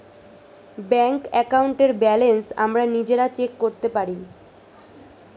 bank অ্যাকাউন্টের balance আমরা নিজেরা চেক করতে পারি